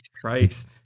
christ